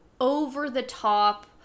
over-the-top